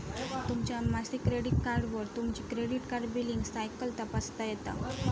तुमच्या मासिक क्रेडिट कार्डवर तुमची क्रेडिट कार्ड बिलींग सायकल तपासता येता